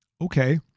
Okay